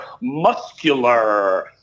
muscular